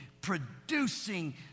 producing